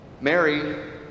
Mary